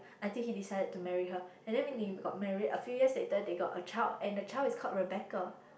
I think he decided to marry her and then when they got married a few years later they got a child and the child is called Rebecca